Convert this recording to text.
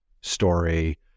story